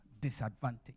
disadvantage